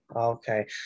okay